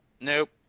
Nope